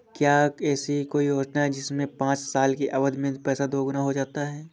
क्या ऐसी कोई योजना है जिसमें पाँच साल की अवधि में पैसा दोगुना हो जाता है?